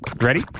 Ready